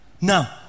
Now